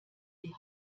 die